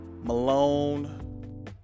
Malone